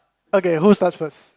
okay who starts first